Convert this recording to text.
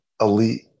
elite